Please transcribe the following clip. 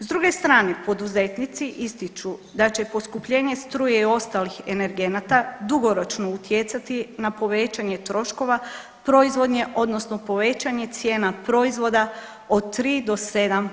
S druge strane poduzetnici ističu da će poskupljenje struje i ostalih energenata dugoročno utjecati na povećanje troškova proizvodnje odnosno povećanje cijena proizvoda od 3 do 7%